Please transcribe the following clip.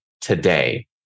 today